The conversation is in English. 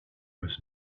was